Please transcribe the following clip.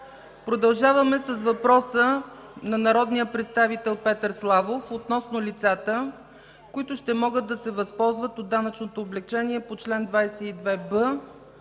Продължаваме с въпрос на народния представител Петър Славов относно лицата, които ще могат да се възползват от данъчното облекчение по чл. 22б